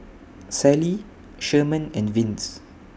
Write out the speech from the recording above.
Sallie Sherman and Vince